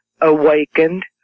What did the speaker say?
awakened